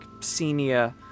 senior